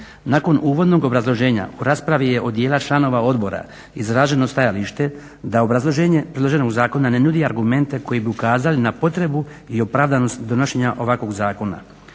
Nakon uvodnog obrazloženja u raspravi je od dijela članova odbora izraženo stajalište da obrazloženje predloženog zakona ne nudi argumente koji bi ukazali na potrebu i opravdanost donošenja ovakvog zakona.